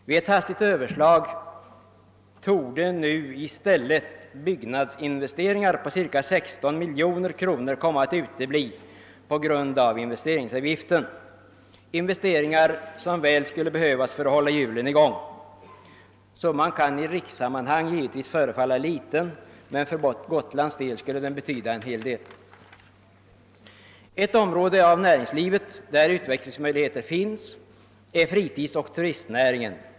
Vid ett hastigt överslag torde framgå att i stället byggnadsinvesteringar på ca 16 miljoner kommer att utebli på grund av investeringsavgiften. Dessa investeringar skulle väl behövas för att hålla hjulen i gång. Denna summa kan i rikssammanhang givetvis förefalla vara liten, men för Gotlands del skulle den betyda en hel del. Ett område av näringslivet där utvecklingsmöjligheter finns är fritidsoch turistnäringen.